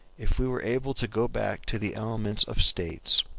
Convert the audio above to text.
if we were able to go back to the elements of states,